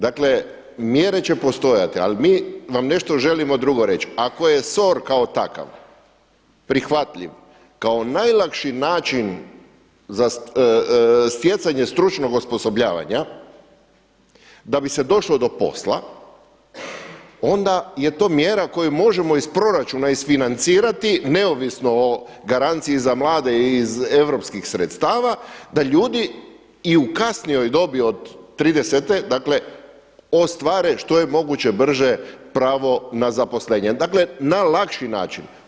Dakle, mjere će postojati ali mi vam želimo nešto drugo reći, ako je SOR kao takav prihvatljiv kao najlakši način za stjecanje stručnog osposobljavanja da bi se došlo do posla onda je to mjera koju možemo iz proračuna isfinancirati neovisno o garanciji za mlade iz europskih sredstava da ljudi i u kasnijoj dobi od 30. ostvare što je moguće brže pravo na zaposlenje, dakle na lakši način.